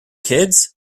kids